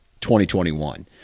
2021